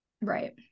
Right